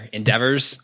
endeavors